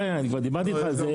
וכבר דיברתי איתך על זה,